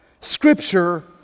Scripture